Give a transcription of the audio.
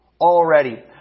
already